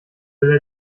will